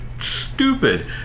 stupid